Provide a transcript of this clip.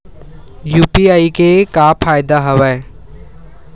UPI के का फ़ायदा हवय?